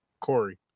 Corey